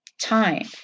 time